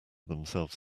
themselves